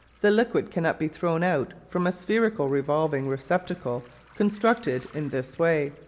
the liquid cannot be thrown out from a spherical revolving receptacle constructed in this way.